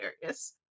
hilarious